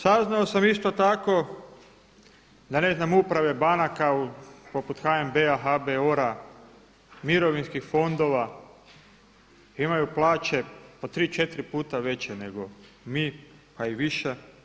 Saznao sam isto tak da ne znam uprave banaka poput HNB-a, HBOR-a, Mirovinskih fondova imaju plaće po tri, četiri puta veće nego mi pa i viša.